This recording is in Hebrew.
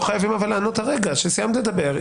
אבל לא חייבים לענות כרגע כשסיימת לדבר.